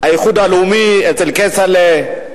האיחוד הלאומי, אצל כצל'ה.